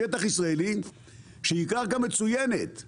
שטח ישראלי שהוא קרקע מצוינת,